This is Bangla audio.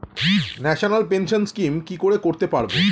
ন্যাশনাল পেনশন স্কিম কি করে করতে পারব?